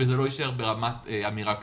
וזה לא יישאר ברמת אמירה כללית.